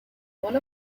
one